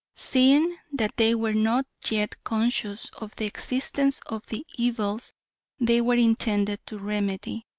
seeing that they were not yet conscious of the existence of the evils they were intended to remedy.